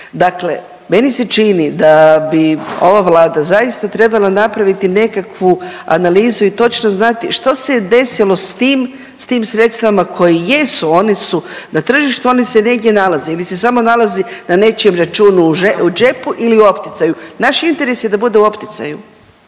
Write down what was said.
Dakle, meni se čini da bi ova Vlada zaista trebala napraviti nekakvu analizu i točno znati što se je desilo s tim, s tim sredstvima koji jesu, oni su na tržištu, oni se negdje nalaze ili se samo nalazi na nečijem računu u džepu ili u opticaju. Naš interes je da bude u opticaju.